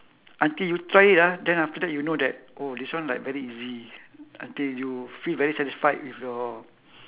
until you try it ah then after that you know that oh this one like very easy until you feel very satisfied with your